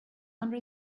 under